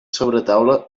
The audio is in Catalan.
sobretaula